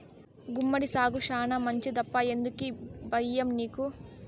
గుమ్మడి సాగు శానా మంచిదప్పా ఎందుకీ బయ్యం నీకు